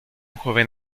joven